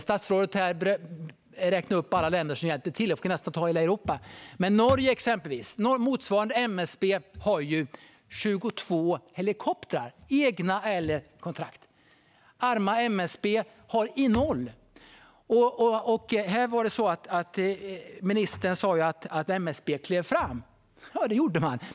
Statsrådet räknade upp alla länder som hjälpte till, nästan hela Europa. Exempelvis har motsvarande MSB i Norge 22 helikoptrar, egna eller kontrakterade. Vårt arma MSB har ingen. Ministern sa att MSB klev fram. Ja, det gjorde de.